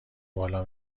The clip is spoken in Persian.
بالا